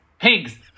Pigs